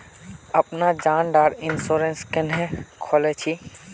अपना जान डार इंश्योरेंस क्नेहे खोल छी?